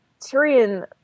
Tyrion